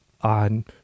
on